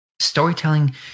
Storytelling